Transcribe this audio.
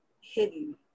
hidden